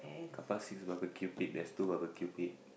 carpark C's barbecue pit there's two barbecue pit